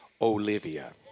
Olivia